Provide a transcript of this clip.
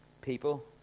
people